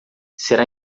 será